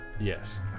Yes